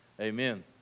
Amen